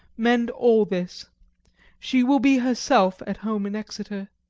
mend all this she will be herself at home in exeter.